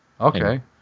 Okay